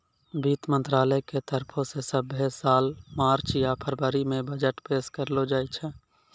वित्त मंत्रालय के तरफो से सभ्भे साल मार्च या फरवरी मे बजट पेश करलो जाय छै